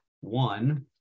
one